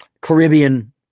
Caribbean